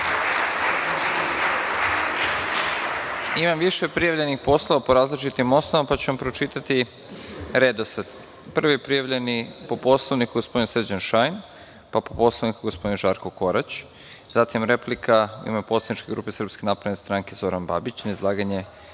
Imam više prijavljenih po različitim osnovama, pa ću vam pročitati redosled. Prvi prijavljeni po Poslovniku je gospodin Srđan Šajn, pa po Poslovniku gospodin Žarko Korać, zatim replika u ime poslaničke grupe SNS - Zoran Babić, na izlaganje